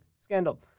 scandal